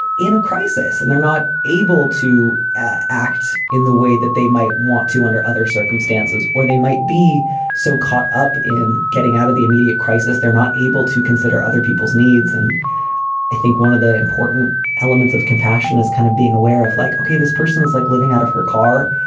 in a crisis and they're not able to act in the way that they might want to under other circumstances where they might be so caught up in getting out of the immediate crisis. they're not able to consider other people's needs. and i think one of the important elements of compassion is kind of being aware of like, okay, this person's like living out of her car.